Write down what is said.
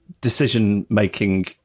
decision-making